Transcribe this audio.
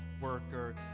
worker